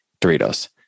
Doritos